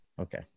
Okay